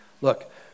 look